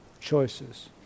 choices